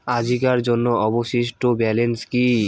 আজিকার জন্য অবশিষ্ট ব্যালেন্স কি?